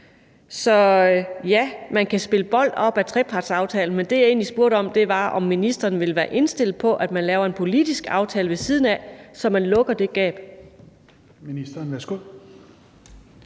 Så ja, man kan spille bold op ad trepartsaftalen, men det, jeg egentlig spurgte om, var, om ministeren ville være indstillet på, at man laver en politisk aftale ved siden af, så man lukker det gab.